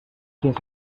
fins